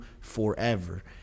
forever